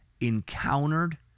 encountered